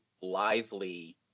lively